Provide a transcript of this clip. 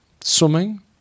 swimming